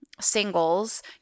singles